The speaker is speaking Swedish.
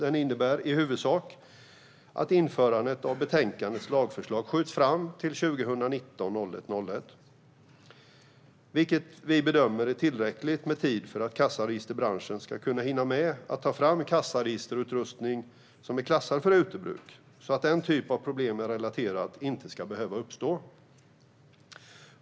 Den innebär, i huvudsak, att införandet av betänkandets lagförslag skjuts fram till den 1 januari 2019, vilket vi bedömer är tillräckligt med tid för att kassaregisterbranschen ska kunna hinna med att ta fram kassaregisterutrustning som är klassad för utomhusbruk, så att den typen av problem som har jag relaterat inte ska behöva uppstå.